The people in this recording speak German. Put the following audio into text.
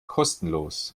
kostenlos